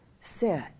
sit